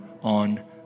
on